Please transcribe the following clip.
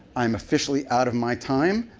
i am officially out of my time.